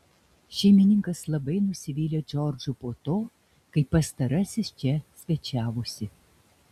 šeimininkas labai nusivylė džordžu po to kai pastarasis čia svečiavosi